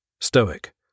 stoic